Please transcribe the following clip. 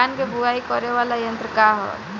धान के बुवाई करे वाला यत्र का ह?